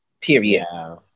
Period